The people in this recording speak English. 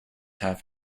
half